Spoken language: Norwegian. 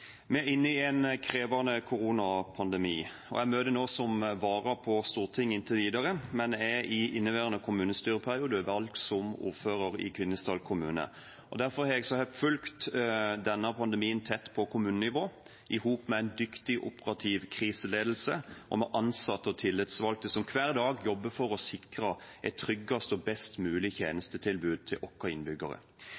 inne i en krevende koronapandemi. Jeg møter nå som vara på Stortinget inntil videre, men er i inneværende kommunestyreperiode valgt som ordfører i Kvinesdal kommune. Derfor har jeg fulgt denne pandemien tett på kommunenivå, sammen med en dyktig operativ kriseledelse og med ansatte og tillitsvalgte som hver dag jobber for å sikre et tryggest og best mulig